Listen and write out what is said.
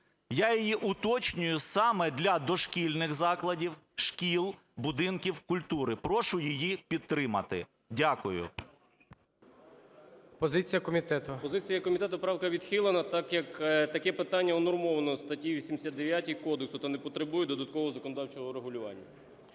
Я її уточнюю: саме для дошкільних закладів, шкіл, будинків культури. Прошу її підтримати. Дякую. ГОЛОВУЮЧИЙ. Позиція комітету. 12:36:33 КУЗБИТ Ю.М. Позиція комітету: правка відхилена, так як таке питання унормоване в статті 89 кодексу та не потребує додаткового законодавчого регулювання.